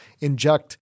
inject